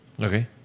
Okay